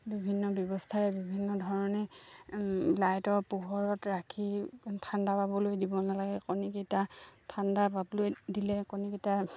বিভিন্ন ব্যৱস্থাৰে বিভিন্ন ধৰণে লাইটৰ পোহৰত ৰাখি ঠাণ্ডা পাবলৈ দিব নালাগে কণীকেইটা ঠাণ্ডা পাবলৈ দিলে কণীকেইটা